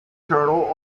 turtle